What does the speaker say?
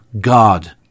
God